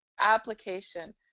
application